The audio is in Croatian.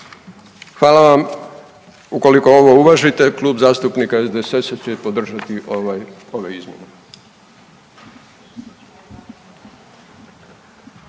Hvala vam. Ukoliko ovo uvažite Klub zastupnika SDSS-a će podržati ovaj, ove izmjene.